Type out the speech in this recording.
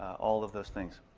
all of those things.